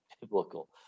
biblical